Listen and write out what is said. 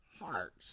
hearts